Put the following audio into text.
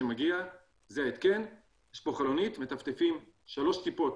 שמגיע, זה ההתקן, יש פה חלונית, מטפטפים 3 טיפות